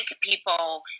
people